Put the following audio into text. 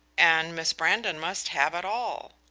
and miss brandon must have it all.